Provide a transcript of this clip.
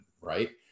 right